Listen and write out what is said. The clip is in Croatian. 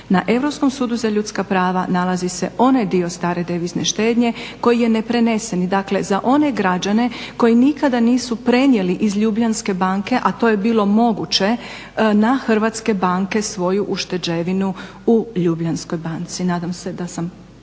Na Europskom sudu za ljudska prava nalazi se onaj dio stare devizne štednje koji je neprenesen i dakle za one građane koji nikada nisu prenijeli iz Ljubljanske banke, a to je bilo moguće na hrvatske banke svoju ušteđevinu u Ljubljanskoj banci. Nadam se da sam